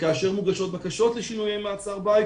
וכאשר מוגשות בקשות לשינויי מעצר בית,